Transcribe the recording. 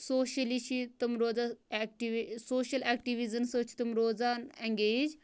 socially چھی تم روزان اٮ۪کٹِوِ سوشَل اٮ۪کٹٕویٖزَن سۭتۍ چھِ تم روزان اٮ۪نٛگیج